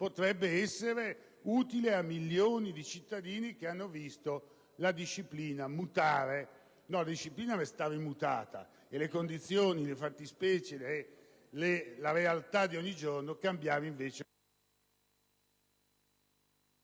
Potrebbe essere utile a milioni di cittadini che hanno visto la disciplina rimanere immutata e le condizioni, le fattispecie, la realtà di ogni giorno cambiare invece...